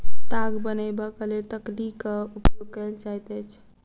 ताग बनयबाक लेल तकलीक उपयोग कयल जाइत अछि